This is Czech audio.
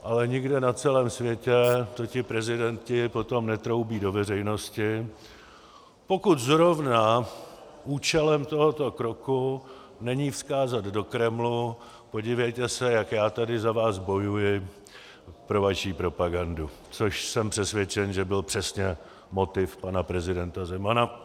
Ale nikde na celém světě to ti prezidenti potom netroubí do veřejnosti, pokud zrovna účelem tohoto kroku není vzkázat do Kremlu: podívejte se, jak já tady za vás bojuji pro vaši propagandu, což jsem přesvědčen, že byl přesně motiv pana prezidenta Zemana.